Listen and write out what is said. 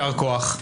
יישר כוח.